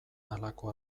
halako